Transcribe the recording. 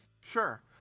Sure